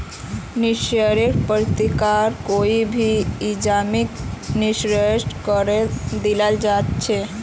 निष्क्रिय प्रसंस्करणत कोई भी एंजाइमक निष्क्रिय करे दियाल जा छेक